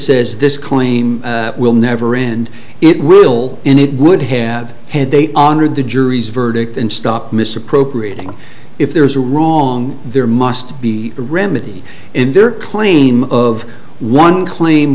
says this claim will never end it will end it would have had they honored the jury's verdict and stop misappropriating if there is a wrong there must be a remedy and their claim of one claim